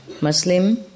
Muslim